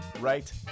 right